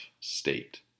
state